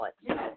Yes